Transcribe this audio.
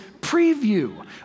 preview